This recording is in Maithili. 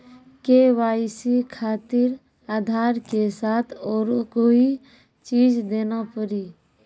के.वाई.सी खातिर आधार के साथ औरों कोई चीज देना पड़ी?